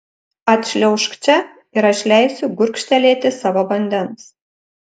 atšliaužk čia ir aš leisiu gurkštelėti savo vandens